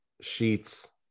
sheets